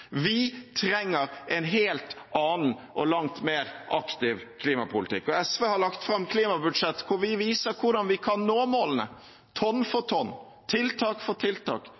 Vi trenger en helt annen og langt mer aktiv klimapolitikk. SV har lagt fram klimabudsjett hvor vi viser hvordan vi kan nå målene, tonn for tonn, tiltak for tiltak,